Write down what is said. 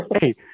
Hey